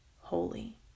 holy